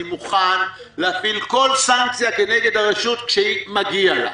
אני מוכן להפעיל כל סנקציה כנגד הרשות, כשמגיע לה,